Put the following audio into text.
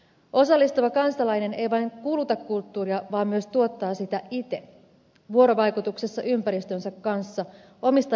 osallistuva kansalainen ei vain kuluta kulttuuria vaan myös tuottaa sitä ite vuorovaikutuksessa ympäristönsä kanssa omista lähtökohdistaan käsin